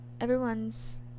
everyone's